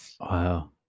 Wow